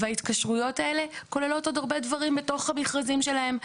וההתקשרויות האלה כוללות עוד הרבה דברים בתוך המכרזים שלו.